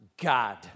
God